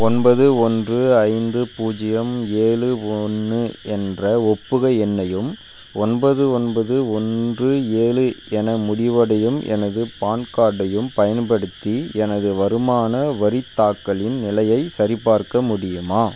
ஒன்பது ஒன்று ஐந்து பூஜ்ஜியம் ஏழு ஒன்று என்ற ஒப்புகை எண்ணையும் ஒன்பது ஒன்பது ஒன்று ஏழு என முடிவடையும் எனது பான் கார்டையும் பயன்படுத்தி எனது வருமான வரித் தாக்கலின் நிலையை சரிபார்க்க முடியுமா